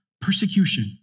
persecution